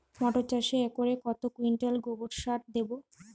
মটর চাষে একরে কত কুইন্টাল গোবরসার দেবো?